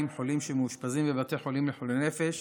חולים שמאושפזים בבתי חולים לחולי נפש